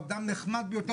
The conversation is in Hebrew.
אדם נחמד ביותר.